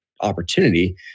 opportunity